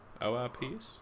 ORPS